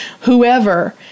whoever